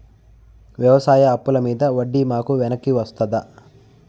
వ్యవసాయ అప్పుల మీద వడ్డీ మాకు వెనక్కి వస్తదా?